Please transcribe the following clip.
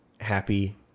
happy